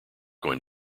going